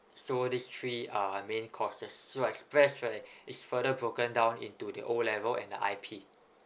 so these three are main courses so express right is further broken down into the O level and the I_P